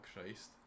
Christ